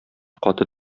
каты